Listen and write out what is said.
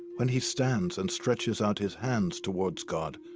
when he stands and stretches out his hands towards god,